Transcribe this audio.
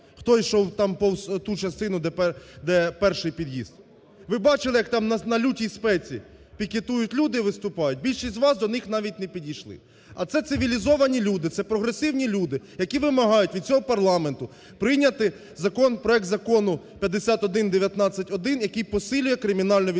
хто йшов там повз ту частину, де перший під'їзд, ви бачили, як там на лютій спеці пікетують люди, виступають, більшість з вас до них навіть не підійшли. А це цивілізовані люди, це прогресивні люди, які вимагають від цього парламенту прийняти проект Закону 5119-1, який посилює кримінальну відповідальність